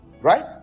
right